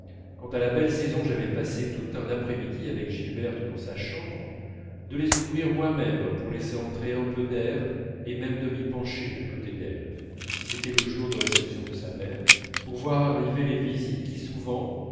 quand à la belle saison j'avais passé tout un après-midi avec gilberte dans sa chambre de les ouvrir moi-même pour laisser entrer un peu d'air et même de m'y pencher à côté d'elle si c'était le jour de réception de sa mère pour voir arriver les visites qui souvent